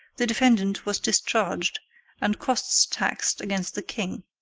the defendant was discharged and costs taxed against the king.